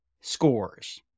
scores